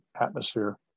atmosphere